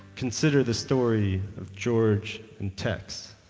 consider the story of george and tex